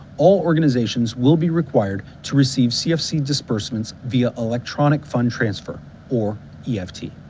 all organizations will be required to receive cfc disbursements via electronic fund transfer or eft.